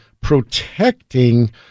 protecting